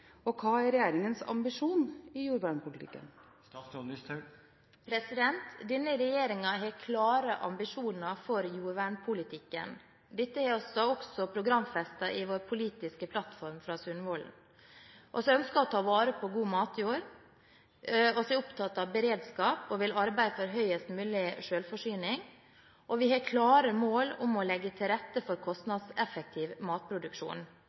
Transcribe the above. og hva er regjeringens ambisjon i jordvernpolitikken?» Denne regjeringen har klare ambisjoner for jordvernpolitikken. Dette har vi også programfestet i vår politiske plattform fra Sundvolden: Vi ønsker å ta vare på god matjord. Vi er opptatt av beredskap og vil arbeide for høyest mulig selvforsyning. Vi har klare mål om å legge til rette for kostnadseffektiv matproduksjon,